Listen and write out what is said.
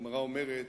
הגמרא אומרת: